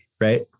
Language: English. right